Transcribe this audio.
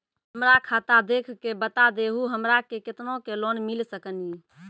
हमरा खाता देख के बता देहु हमरा के केतना के लोन मिल सकनी?